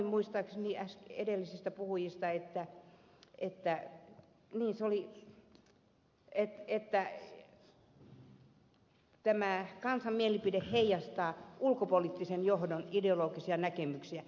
muistaakseni joku edellisistä puhujista sanoi että kansan mielipide heijastaa ulkopoliittisen johdon ideologisia näkemyksiä